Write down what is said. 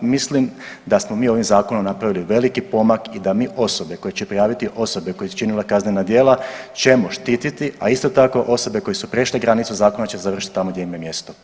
Mislim da smo mi ovim zakonom napravili veliki pomak i da mi osobe koje će prijaviti osobe koje su činile kaznena djela ćemo štititi, a isto tako osobe koje su prešle granicu zakona će završiti tamo gdje im je mjesto.